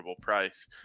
price